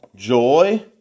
joy